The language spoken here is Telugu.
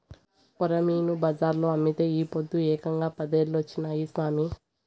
కొరమీను బజార్లో అమ్మితే ఈ పొద్దు ఏకంగా పదేలొచ్చినాయి సామి